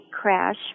crash